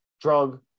drug